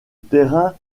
terrain